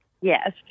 Yes